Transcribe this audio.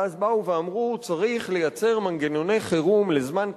ואז באו ואמרו: צריך לייצר מנגנוני חירום לזמן קצר,